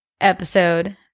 episode